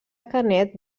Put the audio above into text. canet